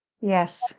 yes